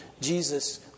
Jesus